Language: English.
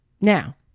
Now